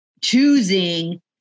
choosing